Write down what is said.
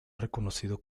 reconocido